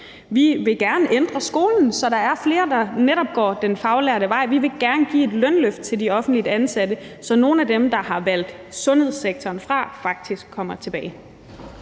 Vi vil gerne ændre skolen, så der er flere, der netop går den faglærte vej. Vi vil gerne give et lønløft til de offentligt ansatte, så nogle af dem, der har valgt sundhedssektoren fra, faktisk kommer tilbage.